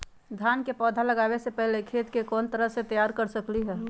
धान के पौधा लगाबे से पहिले खेत के कोन तरह से तैयार कर सकली ह?